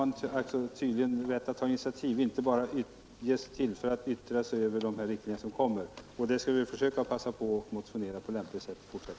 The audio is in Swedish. Då kan man tydligen också ta initiativ, och man ges inte bara tillfälle att yttra sig över de kommande riktlinjerna. Vi skall försöka utnyttja den möjligheten i fortsättningen att motionera på lämpligt sätt.